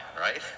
right